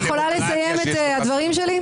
אני יכולה לסיים את הדברים שלי?